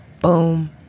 Boom